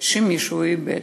שמישהו איבד.